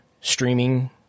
streaming